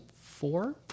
Four